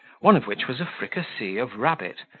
one of which was a fricassee of rabbit,